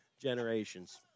generations